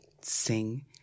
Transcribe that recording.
sing